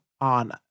on